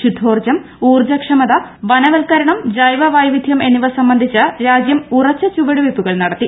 ശുദ്ധോർജ്ജം ഊർജ്ജക്ഷമത വനുവ്വത്കരണം ജൈവവൈവിധം എന്നിവ സംബന്ധിച്ച് രാജ്യം ഉറച്ച് ചുവടുവയ്പുകൾ നടത്തി